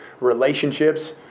relationships